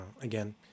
again